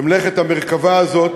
במלאכת המרכבה הזאת,